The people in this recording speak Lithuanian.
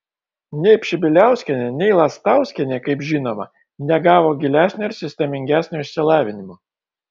nei pšibiliauskienė nei lastauskienė kaip žinoma negavo gilesnio ir sistemingesnio išsilavinimo